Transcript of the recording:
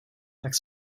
tak